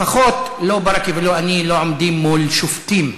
לפחות לא ברכה ולא אני עומדים מול שופטים,